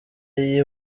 y’i